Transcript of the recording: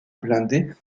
blindée